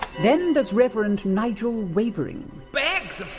then there's reverend nigel wavering. bags of